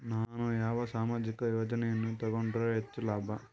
ನಾನು ಯಾವ ಸಾಮಾಜಿಕ ಯೋಜನೆಯನ್ನು ತಗೊಂಡರ ಹೆಚ್ಚು ಲಾಭ?